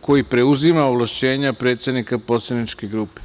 koji preuzima ovlašćenja predsednika poslaničke grupe.